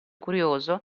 curioso